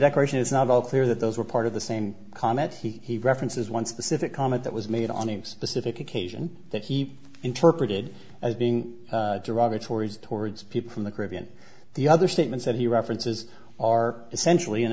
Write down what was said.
declaration it's not all clear that those were part of the same comment he references one specific comment that was made on a specific occasion that he interpreted as being derogatory towards people from the caribbean the other statements that he references are essentially and